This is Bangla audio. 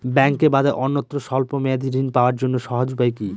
ব্যাঙ্কে বাদে অন্যত্র স্বল্প মেয়াদি ঋণ পাওয়ার জন্য সহজ উপায় কি?